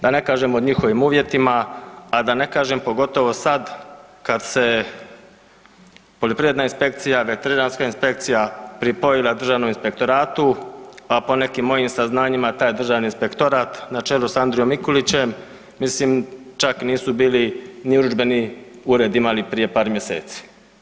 Da ne kažem o njihovim uvjetima, a da ne kažem pogotovo sad kad se poljoprivredna inspekcija, veterinarska inspekcija pripojila Državnom inspektoratu, a po nekim mojim saznanjima taj Državni inspektorat na čelu s Andrijom Mikulićem mislim čak nisu bili ni urudžbeni ured imali prije par mjeseci.